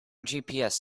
gps